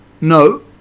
No